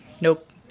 Nope